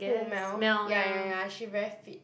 who Mel ya ya ya she very fit